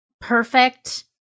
perfect